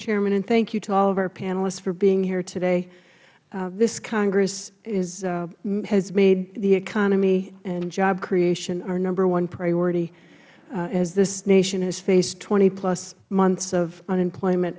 chairman and thank you to all of our panelists for being here today this congress has made the economy and job creation our number one priority as this nation has faced twenty plus months of unemployment